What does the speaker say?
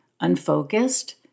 unfocused